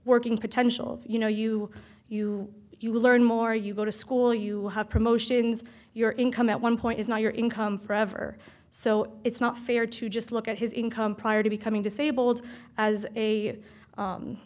working potential you know you you you learn more you go to school you have promotions your income at one point is now your income forever so it's not fair to just look at his income prior to becoming disabled